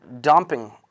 dumping